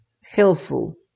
helpful